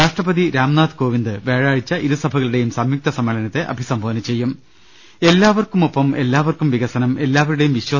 രാഷ്ട്രപതി രാംനാഥ് കോവിന്ദ് വ്യാഴാഴ്ച ഇരുസഭകളുടെയും സംയുക്ത സമ്മേളനത്തെ അഭിസംബോധന ചെയ്യും എല്ലാവർക്കുമൊപ്പം എല്ലാവർക്കും വികസനം എല്ലാവരുടെയും വിശ്വാ